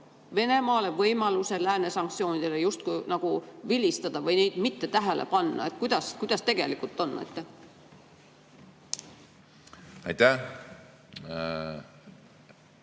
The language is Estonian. Venemaale võimaluse lääne sanktsioonidele vilistada, neid mitte tähele panna? Kuidas tegelikult on? Aitäh!